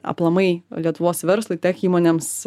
aplamai lietuvos verslui tech įmonėms